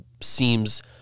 seems